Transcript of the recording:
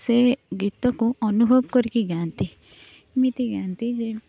ସେ ଗୀତକୁ ଅନୁଭବ କରିକି ଗାଆନ୍ତି ଏମିତି ଗାଆନ୍ତି ଯେ